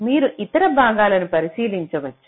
మీరు ఇతర భాగాలలో పరిశీలించవచ్చు